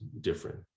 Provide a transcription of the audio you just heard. different